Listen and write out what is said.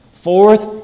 Fourth